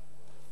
כן.